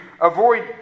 avoid